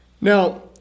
Now